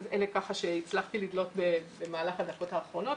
אלה שהצלחתי לדלות במהלך הדקות האחרונות,